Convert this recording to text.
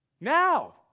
Now